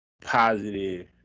positive